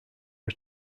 are